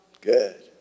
Good